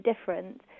different